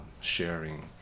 sharing